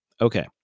Okay